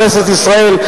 בכנסת ישראל,